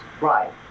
Right